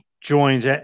joins